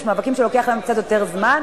יש מאבקים שלוקח להם קצת יותר זמן.